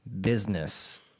business